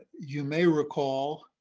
you may recall